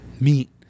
Meat